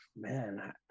man